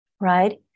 Right